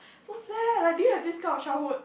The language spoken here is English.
so sad like do you have this kind of childhood